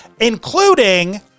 including